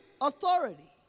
authority